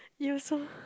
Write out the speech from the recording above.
you also